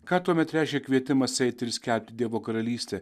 ką tuomet reiškia kvietimas eit ir skelbt dievo karalystę